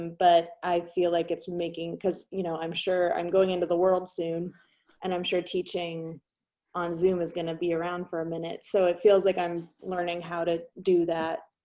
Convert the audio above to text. but i feel like it's making, i'm you know i'm sure i'm going into the world soon and i'm sure teaching on zoom is gonna be around for a minute, so it feels like i'm learning how to do that.